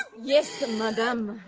yes, madame?